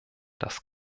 das